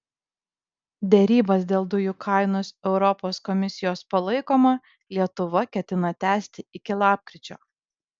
derybas dėl dujų kainos europos komisijos palaikoma lietuva ketina tęsti iki lapkričio